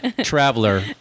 Traveler